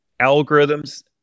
algorithms